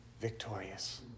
victorious